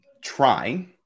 try